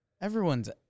everyone's